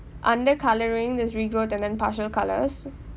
under colouring there's regrowth and then partial colors